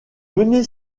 mener